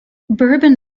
bourbon